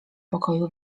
pokoju